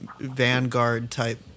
vanguard-type